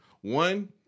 One